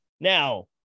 Now